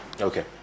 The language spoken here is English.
Okay